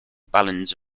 balance